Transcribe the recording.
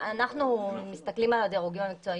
אנחנו מסתכלים על הדירוגים המקצועיים,